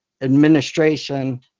administration